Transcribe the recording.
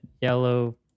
yellow